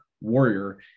warrior